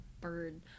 bird